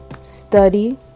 study